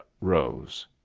rose